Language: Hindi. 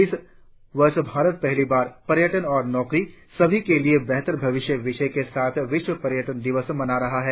इस वर्ष भारत पहली बार पर्यटन और नौकरियां सभी के लिए बेहतर भविष्य विषय के साथ विश्व पर्यटन दिवस मना रहा है